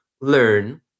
learn